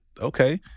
Okay